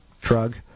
drug